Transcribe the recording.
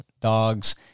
dogs